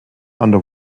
under